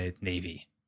navy